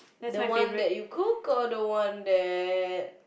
the one that you cook or the one that